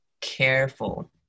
careful